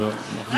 לא, לא.